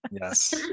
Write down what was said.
Yes